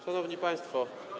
Szanowni Państwo!